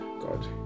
God